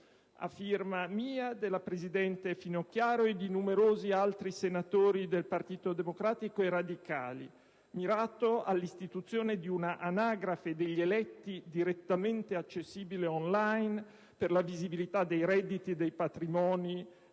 a firma mia, della presidente Finocchiaro e di numerosi altri senatori del Partito Democratico e radicali, mirato all'istituzione di una anagrafe degli eletti direttamente accessibile *on line,* per la visibilità dei redditi e dei patrimoni